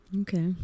Okay